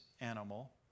animal